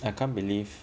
I can't believe